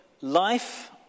life